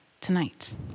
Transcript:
tonight